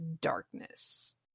darkness